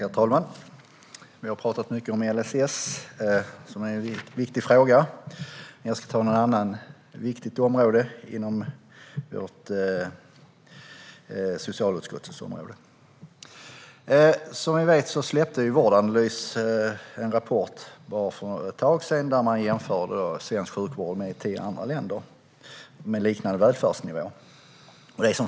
Herr talman! Vi har talat mycket om LSS, som är en viktig fråga. Jag ska tala om ett annat viktigt område inom socialutskottet. Som vi vet släppte Vårdanalys för ett tag sedan en rapport där man jämfört svensk sjukvård med tre andra länder med liknande välfärdsnivå.